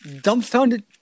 Dumbfounded